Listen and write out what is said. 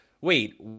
wait